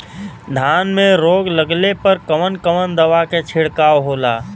धान में रोग लगले पर कवन कवन दवा के छिड़काव होला?